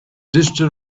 digital